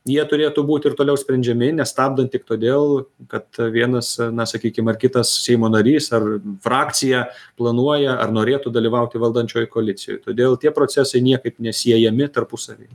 jie turėtų būti ir toliau sprendžiami nestabdant tik todėl kad vienas na sakykim ar kitas seimo narys ar frakcija planuoja ar norėtų dalyvauti valdančioj koalicijoj todėl tie procesai niekaip nesiejami tarpusavy